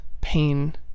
pain